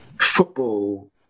football